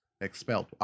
expelled